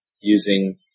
using